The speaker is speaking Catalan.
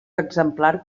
exemplar